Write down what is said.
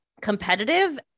competitive